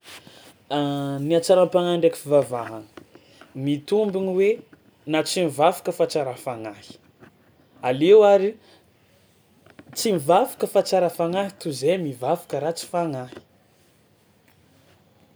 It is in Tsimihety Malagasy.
Ny hatsaram-pagnahy ndraiky fivavahagna, mitombono hoe na tsy mivavaka fa tsara fagnahy, aleo ary tsy mivavaka fa tsara fagnahy toy zay mivavaka ratsy fagnahy.